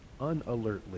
unalertly